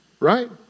right